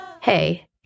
Hey